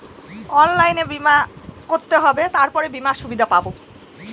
শস্যবিমার সুবিধা কিভাবে পাবো?